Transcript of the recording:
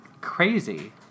crazy